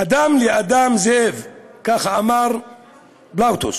"אדם לאדם זאב", ככה אמר פלאוטוס,